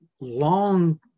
long